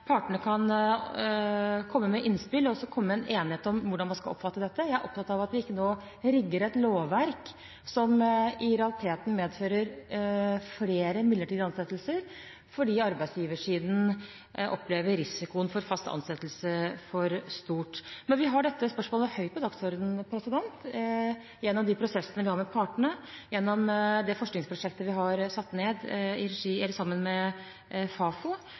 partene kan komme med innspill og komme til enighet om hvordan man skal oppfatte dette. Jeg er opptatt av at vi ikke nå rigger et lovverk som i realiteten medfører flere midlertidige ansettelser, fordi arbeidsgiversiden opplever risikoen for fast ansettelse for stor. Men vi har dette spørsmålet høyt på dagsordenen gjennom de prosessene vi har med partene, gjennom det forskningsprosjektet vi har satt ned sammen med Fafo, hvor vi følger dette nøye, for det er